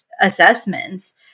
assessments